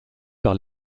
par